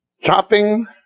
Chopping